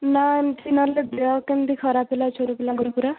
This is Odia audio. ନା ଏମିତି ନହେଲେ ଦେହ କେମିତି ଖରାପ ହେଲା ଛୋଟ ପିଲାଙ୍କର ପୁରା